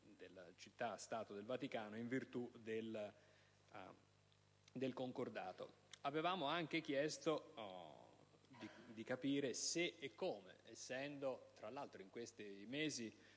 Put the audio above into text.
dello Stato Città del Vaticano in virtù del Concordato. Avevamo anche chiesto di capire se e come - essendo tra l'altro in questi mesi